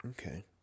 Okay